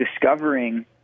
discovering